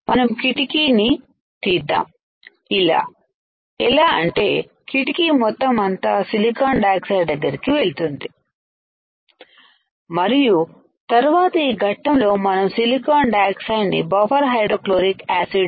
మనం కిటికీని తీద్దాము ఇలా ఎలా అంటే కిటికీ మొత్తం అంతా సిలికాన్ డయాక్సైడ్ దగ్గరికి వెళుతుంది మరియు తరువాత ఈ ఘట్టంలో మనం సిలికాన్ డయాక్సైడ్ ని బఫర్ హైడ్రోక్లోరిక్ యాసిడ్